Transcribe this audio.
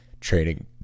trading